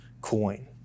coin